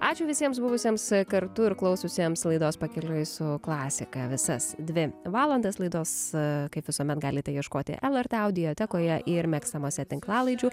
ačiū visiems buvusiems kartu ir klausiusiems laidos pakeliui su klasika visas dvi valandas laidos kaip visuomet galite ieškoti lrt audio tekoje ir mėgstamose tinklalaidžių